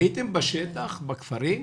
הייתם בשטח, בכפרים?